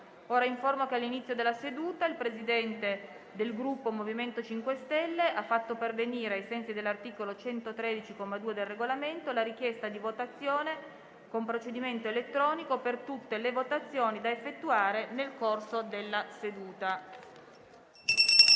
l'Assemblea che all'inizio della seduta il Presidente del Gruppo MoVimento 5 Stelle ha fatto pervenire, ai sensi dell'articolo 113, comma 2, del Regolamento, la richiesta di votazione con procedimento elettronico per tutte le votazioni da effettuare nel corso della seduta.